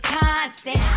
constant